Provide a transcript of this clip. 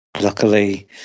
luckily